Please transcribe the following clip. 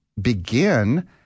begin